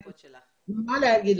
הפקולטה לאנגלית.